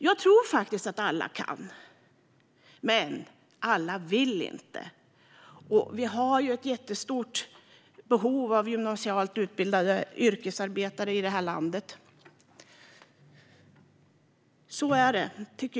Jag tror faktiskt att alla kan, men alla vill inte. Och vi har ju ett jättestort behov av gymnasialt utbildade yrkesarbetare i det här landet.